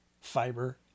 fiber